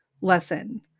lesson